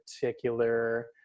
particular